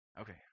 Okay